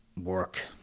Work